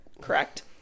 Correct